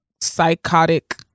psychotic